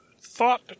thought